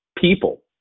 people